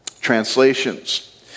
translations